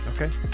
Okay